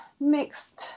mixed